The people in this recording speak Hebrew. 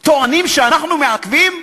טוענים שאנחנו מעכבים?